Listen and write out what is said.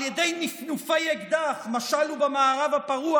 ידי נפנופי אקדח משל הוא במערב הפרוע,